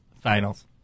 finals